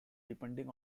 depending